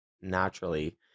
naturally